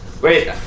Wait